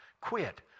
Quit